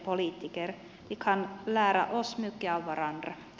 vi kan lära oss mycket av varandra